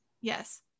yes